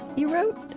you wrote,